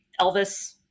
Elvis